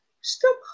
Stop